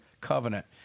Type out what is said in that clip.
covenant